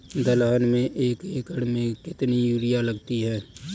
दलहन में एक एकण में कितनी यूरिया लगती है?